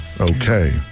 Okay